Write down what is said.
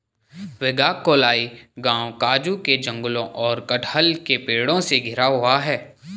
वेगाक्कोलाई गांव काजू के जंगलों और कटहल के पेड़ों से घिरा हुआ है